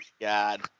God